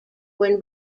when